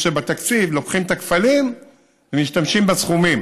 איפה שבתקציב לוקחים את הקפלים ומשתמשים בסכומים.